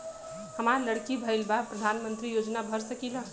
हमार लड़की भईल बा प्रधानमंत्री योजना भर सकीला?